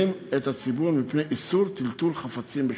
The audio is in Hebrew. ומזהירים את הציבור מפני איסור טלטול חפצים בשבת.